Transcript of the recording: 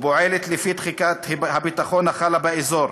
ופועלת לפי תחיקת הביטחון החלה באזור.